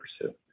pursue